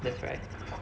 that's right